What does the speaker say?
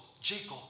Jacob